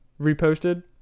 Reposted